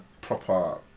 proper